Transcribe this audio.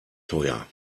teuer